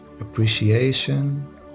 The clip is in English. appreciation